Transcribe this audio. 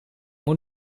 moet